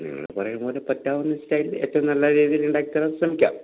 നിങ്ങൾ പറയും പോലെ പറ്റാവുന്ന സ്റ്റൈലിൽ ഏറ്റവും നല്ല രീതിയിൽ ഉണ്ടാക്കിത്തരാൻ ശ്രമിക്കാം